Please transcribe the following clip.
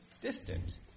distant